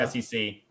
SEC